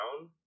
down